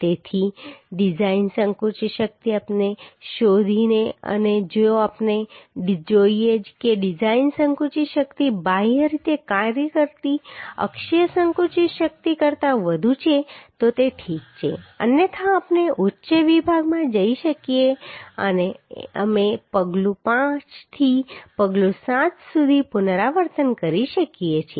તેથી ડિઝાઇન સંકુચિત શક્તિ આપણે શોધી શકીએ છીએ અને જો આપણે જોઈએ કે ડિઝાઇન સંકુચિત શક્તિ બાહ્ય રીતે કાર્ય કરતી અક્ષીય સંકુચિત શક્તિ કરતાં વધુ છે તો તે ઠીક છે અન્યથા આપણે ઉચ્ચ વિભાગમાં જઈ શકીએ છીએ અને અમે પગલું 5 થી પગલું 7 સુધી પુનરાવર્તન કરી શકીએ છીએ